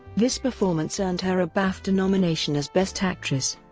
this performance earned her a bafta nomination as best actress.